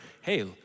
Hey